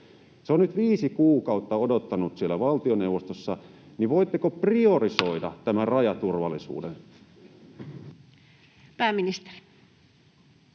Se on nyt viisi kuukautta odottanut siellä valtioneuvostossa, niin voitteko priorisoida tämän rajaturvallisuuden? Pääministeri.